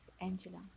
Angela